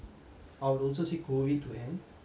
I would also say COVID to end